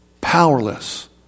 Powerless